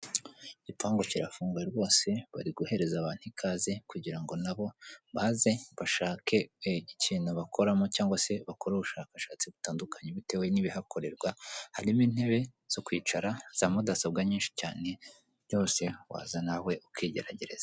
Igipangu kirafunguye rwose bari guhereza banti ikaze kugira ngo nabo baze bashake ikintu bakoramo cyangwa se bakore ubushakashatsi butandukanye bitewe n'ibihakorerwa harimo: intebe zo kwicara, za mudasobwa nyinshi cyane byose waza nawe ukigeragereza.